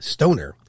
Stoner